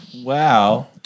Wow